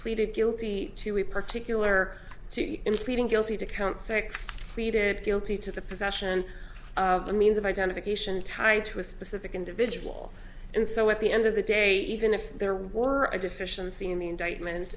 pleaded guilty to a particular in pleading guilty to count six pleaded guilty to the possession of the means of identification tied to a specific individual and so at the end of the day even if there were a deficiency in the indictment